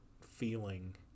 feeling